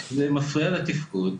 כשזה מפריע לתפקוד,